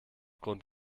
grund